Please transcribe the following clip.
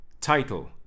Title